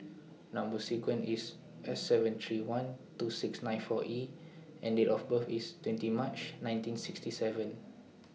Number sequence IS S seven three one two six nine four E and Date of birth IS twenty March ninety sixty seven